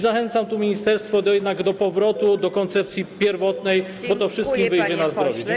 Zachęcam ministerstwo do powrotu do koncepcji pierwotnej, bo to wszystkim wyjdzie na zdrowie.